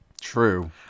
True